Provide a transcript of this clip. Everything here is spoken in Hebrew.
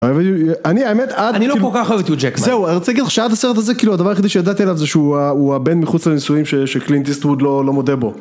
אני האמת אני לא כל כך אוהב את זה הוא ארצה לך שעד הסרט הזה כאילו הדבר היחידי שידעתי עליו זה שהוא הבן מחוץ לנישואים שקלינט איסטווד לא מודה בו.